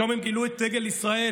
פתאום הם גילו את דגל ישראל,